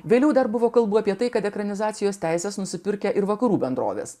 vėliau dar buvo kalbų apie tai kad ekranizacijos teises nusipirkę ir vakarų bendrovės